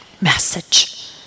Message